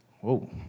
Whoa